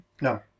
No